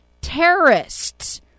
Terrorists